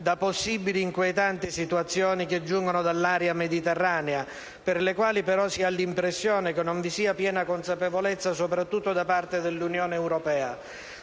da possibili, inquietanti situazioni che giungono dall'area mediterranea, per le quali si ha però l'impressione che non vi sia piena consapevolezza, soprattutto da parte dell'Unione europea.